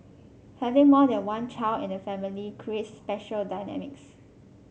having more than one child in the family creates special dynamics